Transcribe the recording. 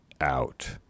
out